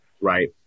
Right